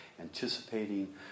anticipating